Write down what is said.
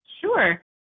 Sure